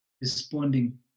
responding